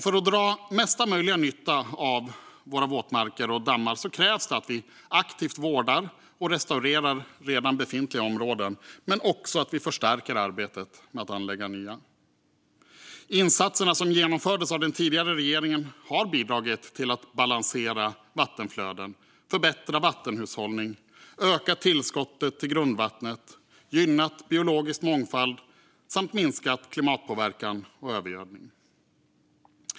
För att dra mesta möjliga nytta av våra våtmarker och dammar krävs det att vi aktivt vårdar och restaurerar redan befintliga områden och att vi förstärker arbetet med att anlägga nya. Insatserna som genomfördes av den tidigare regeringen har bidragit till att balansera vattenflöden, förbättra vattenhushållning, öka tillskottet till grundvattnet, gynna biologisk mångfald samt minska klimatpåverkan och övergödning.